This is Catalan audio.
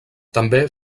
també